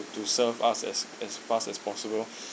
to serve us as as fast as possible